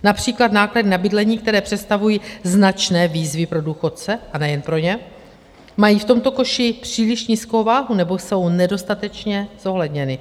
Například náklady na bydlení, které představují značné výzvy pro důchodce, a nejen pro ně, mají v tomto koši příliš nízkou váhu nebo jsou nedostatečně zohledněny.